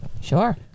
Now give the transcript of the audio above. sure